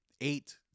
eight